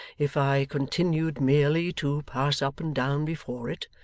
if i continued merely to pass up and down before it,